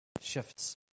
shifts